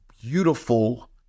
beautiful